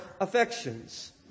affections